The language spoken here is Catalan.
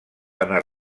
anar